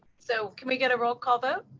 so can we get a roll call vote.